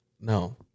no